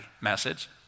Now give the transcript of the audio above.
message